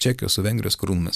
čekijos su vengrijos karūnomis